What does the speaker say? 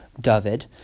David